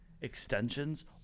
extensions